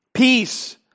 peace